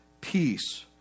peace